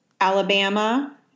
Alabama